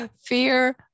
Fear